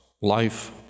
life